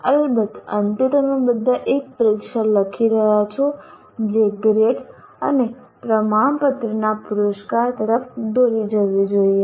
અલબત્ત અંતે તમે બધા એક પરીક્ષા લખી રહ્યા છો જે ગ્રેડ અને પ્રમાણપત્રના પુરસ્કાર તરફ દોરી જવી જોઈએ